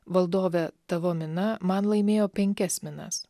valdove tavo mina man laimėjo penkias minas